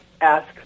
ask